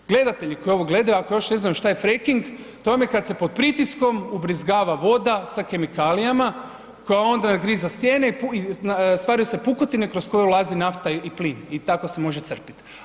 Gledatelji koji ovo gledaju ako još ne znaju šta je fracking, to vam je kada se pod pritiskom ubrizgava voda sa kemikalijama koja onda nagriza stijene i stvaraju se pukotine kroz koje ulazi nafta i plin i tako se može crpiti.